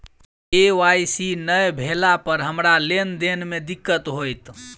KYC नै भेला पर हमरा लेन देन मे दिक्कत होइत?